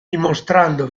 dimostrando